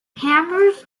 hammers